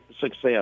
success